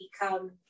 become